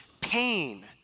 pain